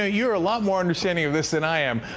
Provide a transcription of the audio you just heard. ah you're a lot more understanding of this than i am.